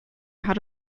had